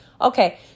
Okay